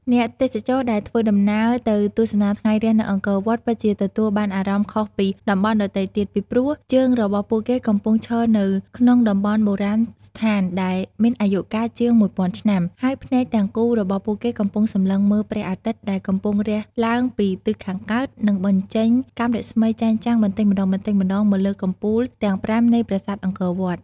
អ្នកទេសចរណ៍ដែលធ្វើដំណើរទៅទស្សនាថ្ងៃរះនៅអង្គរវត្ត ពិតជាទទួលបានអារម្មណ៍ខុសពីតំបន់ដទៃទៀត ពីព្រោះ ជើងរបស់ពួកគេកំពុងឈរនៅក្នុងតំបន់បុរាណស្ថានដែលមានអាយុកាលជាង១ពាន់ឆ្នាំ ហើយភ្នែកទាំងគូរបស់ពួកគេកំពុងសម្លឹងមើលព្រះអាទិត្យដែលកំពុងរះឡើងពីទិសខាងកើត និងបញ្ចេញកាំរស្មីចែងចាំងបន្តិចម្តងៗមកលើកំពូលទាំងប្រាំនៃប្រាសាទអង្គរវត្ត។